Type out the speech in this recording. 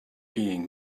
being